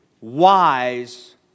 wise